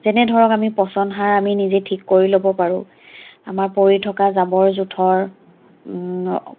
যেনে ধৰক আমি পচন সাৰ আমি নিজে ঠিক কৰি ল'ব পাৰোঁ আমাৰ পৰি থকা জাবৰ জোথৰ